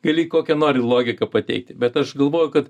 gali kokią nori logiką pateikti bet aš galvoju kad